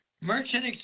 Merchant